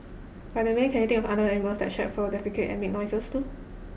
by the way can you think of any animals that shed fur defecate and make noise too